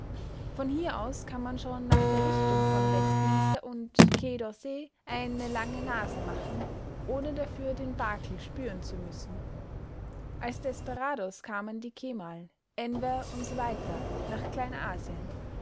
von hier aus kann man schon nach der richtung von westminster und quai d'orsay eine lange nase machen ohne dafür den bakel spüren zu müssen als desperados kamen die kemal enver usw nach kleinasien